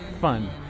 fun